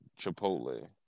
Chipotle